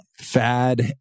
fad